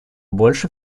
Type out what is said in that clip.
больше